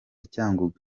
cyangugu